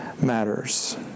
matters